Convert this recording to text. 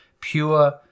pure